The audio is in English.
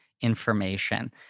information